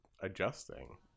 adjusting